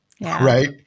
right